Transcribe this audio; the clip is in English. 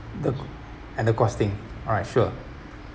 the co~ and the costing alright sure